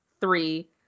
three